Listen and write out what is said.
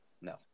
No